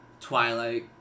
Twilight